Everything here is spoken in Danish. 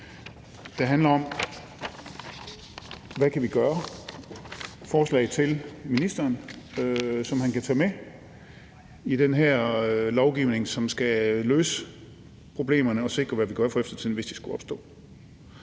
der handler om, hvad vi kan gøre – forslag til ministeren, som han kan tage med i den her lovgivning, som skal løse problemerne og sikre, at vi ved, hvad vi gør for eftertiden, hvis de skulle opstå.